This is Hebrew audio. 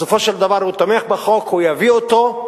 בסופו של דבר, הוא תומך בחוק והוא יביא אותו.